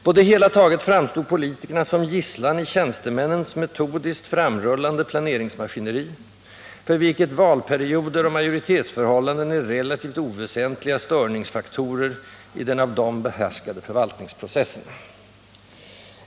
På det hela taget framstår politikerna som gisslan i tjänstemännens metodiskt framrullande planeringsmaskineri, för vilket valperioder och majoritetsförhållanden är relativt oväsentliga störningsfaktorer i den av dem behärskade förvaltningsprocessen.